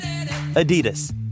Adidas